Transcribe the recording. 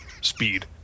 speed